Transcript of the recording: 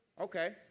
okay